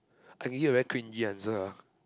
I can give you a very cringey answer ah